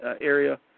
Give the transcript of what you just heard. area